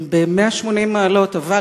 ולכאורה ב-180 מעלות לנושא אחר,